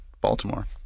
Baltimore